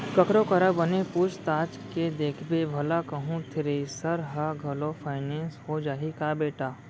ककरो करा बने पूछ ताछ के देखबे भला कहूँ थेरेसर ह घलौ फाइनेंस हो जाही का बेटा?